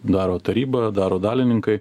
daro taryba daro dalininkai